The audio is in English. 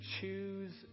choose